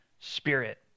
spirit